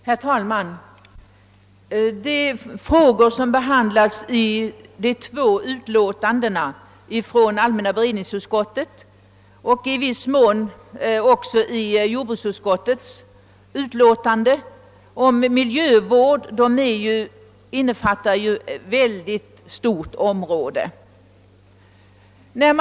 Herr talman! De frågor som behandlas i allmänna beredningsutskottets två utlåtanden och i viss mån också i jordbruksutskottets utlåtande om miljövård berör ett mycket stort område.